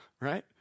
right